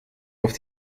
auf